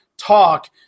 talk